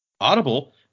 Audible